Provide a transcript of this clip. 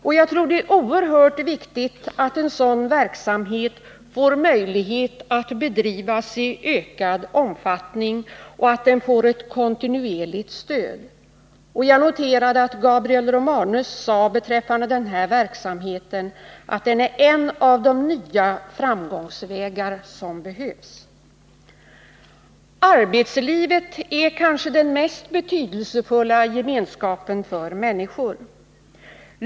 Jag tror att det är oerhört viktigt att sådan verksamhet får möjlighet att bedrivas i ökad omfattning och att den får ett kontinuerligt stöd. Jag noterade att Gabriel Romanus beträffande denna verksamhet sade att den är en av de nya framgångsvägar som behövs. Arbetslivet är kanske den mest betydelsefulla gemenskapen för människor.